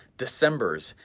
december's,